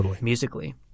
musically